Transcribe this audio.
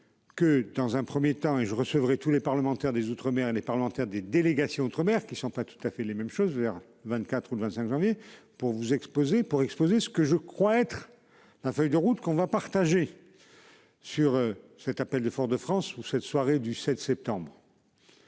Que dans un 1er temps et je recevrai tous les parlementaires des outre-mer et les parlementaires des délégations outre-mer qui ne sont pas tout à fait les mêmes choses vers 24 ou le 25 janvier pour vous exposer pour exposer ce que je crois être la feuille de route qu'on va partager. Sur cet appel de fonds de France ou cette soirée du 7 septembre.--